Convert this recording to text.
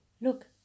Look